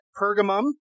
Pergamum